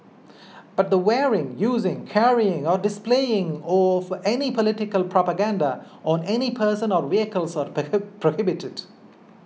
but the wearing using carrying or displaying of any political propaganda on any person or vehicles are prohibited